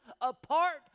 Apart